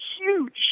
huge